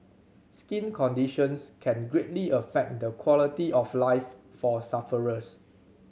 skin conditions can greatly affect the quality of life for sufferers